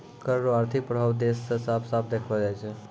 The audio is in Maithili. कर रो आर्थिक प्रभाब देस मे साफ साफ देखलो जाय छै